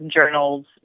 journals